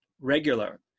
regular